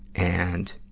and,